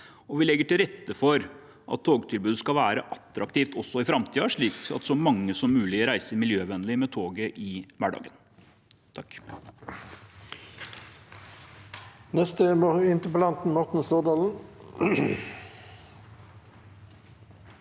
vi legger til rette for at togtilbudet skal være attraktivt også i framtiden, slik at så mange som mulig reiser miljøvennlig med toget i hverdagen.